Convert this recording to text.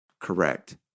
Correct